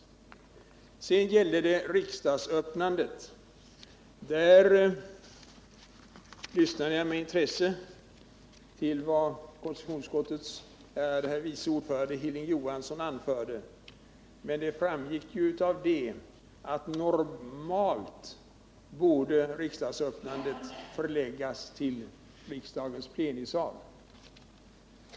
När det sedan gäller frågan om riksmötets öppnande lyssnade jag med intresse till vad konstitutionsutskottets ärade herr vice ordförande Hilding Johansson anförde. Det framgick att riksmötets öppnande normalt borde förläggas till riksdagens plenisal.